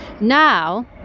Now